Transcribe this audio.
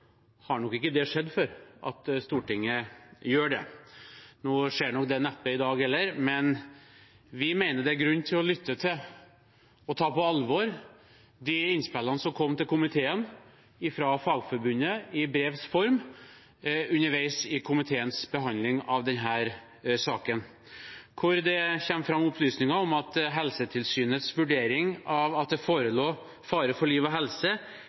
har nok ikke det skjedd før at Stortinget gjør det. Nå skjer det neppe i dag heller, men vi mener det er grunn til å lytte til og ta på alvor de innspillene som kom til komiteen fra Fagforbundet i brevs form underveis i komiteens behandling av denne saken. Der kommer det fram opplysninger om at Helsetilsynets vurdering av at det forelå fare for liv og helse,